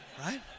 right